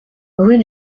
rue